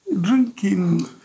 Drinking